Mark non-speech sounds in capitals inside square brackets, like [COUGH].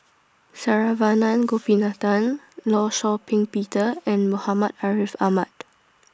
[NOISE] Saravanan Gopinathan law Shau Ping Peter and Muhammad Ariff Ahmad